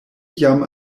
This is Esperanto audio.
jam